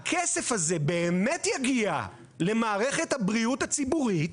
והכסף הזה באמת יגיע למערכת הבריאות הציבורית.